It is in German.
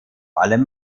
allem